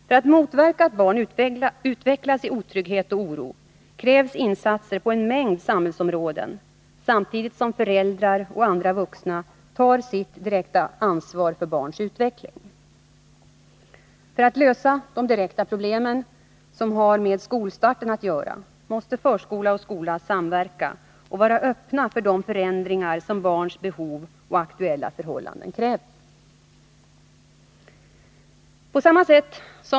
För att motverka att barn utvecklas i otrygghet och oro, krävs insatser på en mängd samhällsområden, samtidigt som föräldrar och andra vuxna tar sitt ansvar för barnens utveckling. För att lösa de direkta problem som har med skolstarten att göra, måste förskola och skola samverka och vara öppna för de förändringar som barns behov och aktuella förhållanden kräver.